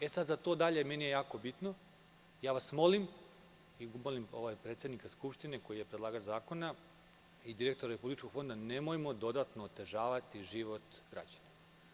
E sad, za to dalje meni je jako bitno i ja vas molim, molim predsednika Skupštine koji je predlagač zakona, kao i direktora Republičkog fonda, nemojmo dodatno otežavati život građana.